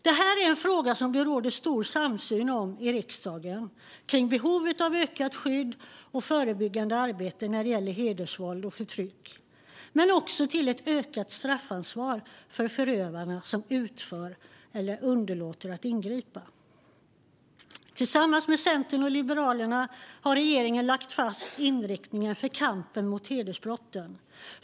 Detta är en fråga som det i riksdagen råder stor samsyn om vad gäller behov av ökat skydd och förebyggande arbete mot hedersvåld och förtryck samt ökat straffansvar för förövarna som utför detta eller som underlåter att ingripa. Tillsammans med Centern och Liberalerna har regeringen lagt fast en inriktning för kampen mot hedersbrotten.